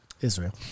Israel